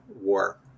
war